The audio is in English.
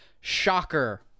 Shocker